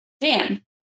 Dan